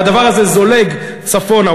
והדבר הזה זולג צפונה.